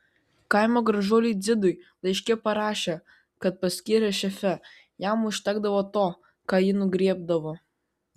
kaimo gražuoliui dzidui laiške parašė kad paskyrė šefe jam užtekdavo to ką ji nugriebdavo